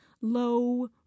low